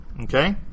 okay